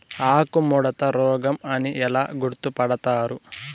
ఆకుముడత రోగం అని ఎలా గుర్తుపడతారు?